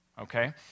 okay